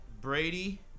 Brady